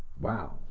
wow